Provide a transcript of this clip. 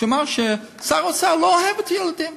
שהוא אמר ששר האוצר לא אוהב את הילדים.